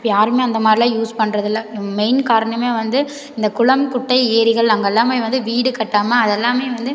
இப்போ யாருமே அந்த மாதிரிலாம் யூஸ் பண்ணுறதில்ல மெயின் காரணமே வந்து இந்த குளம் குட்டை ஏரிகள் அங்கேல்லாமே வந்து வீடு கட்டாமல் அதெல்லாமே வந்து